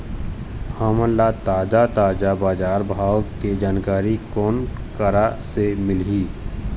हमन ला ताजा ताजा बजार भाव के जानकारी कोन करा से मिलही?